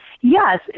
Yes